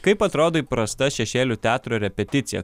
kaip atrodo įprasta šešėlių teatro repeticija